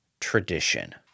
tradition